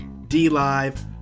DLive